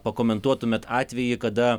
pakomentuotumėt atvejį kada